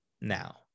now